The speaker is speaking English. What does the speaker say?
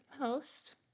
host